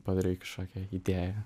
padarai kažkokią idėją